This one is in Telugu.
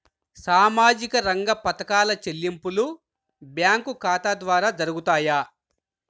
సామాజిక రంగ పథకాల చెల్లింపులు బ్యాంకు ఖాతా ద్వార జరుగుతాయా?